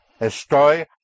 estoy